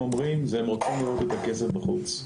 אני חושבת שהשאלה פה היא לא בנושא של ערביי ישראל